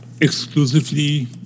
Exclusively